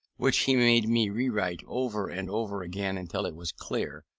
which he made me rewrite over and over again until it was clear,